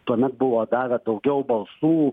tuomet buvo davę daugiau balsų